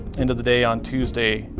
into the day on tuesday,